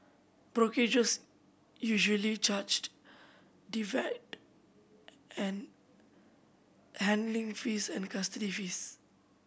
brokerages usually charged divide and handling fees and custody fees